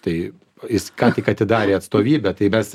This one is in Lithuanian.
tai jis ką tik atidarė atstovybę tai mes